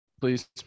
please